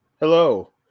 Hello